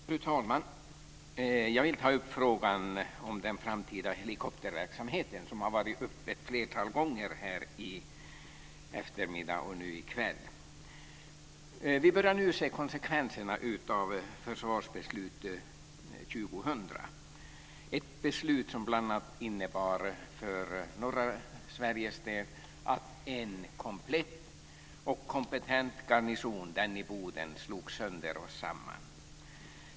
Fru talman! Jag vill ta upp frågan om den framtida helikopterverksamheten, som har varit uppe ett flertal gånger under eftermiddagen och nu i kväll. Vi börjar nu se konsekvenserna av försvarsbeslutet 2000, ett beslut som bl.a. innebar för norra Sveriges del att en komplett och kompetent garnison, den i Boden, slogs sönder och samman.